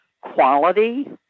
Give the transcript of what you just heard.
quality